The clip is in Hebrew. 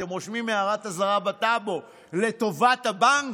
אתם רושמים הערת אזהרה בטאבו לטובת הבנק,